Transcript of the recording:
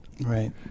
Right